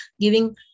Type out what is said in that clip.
giving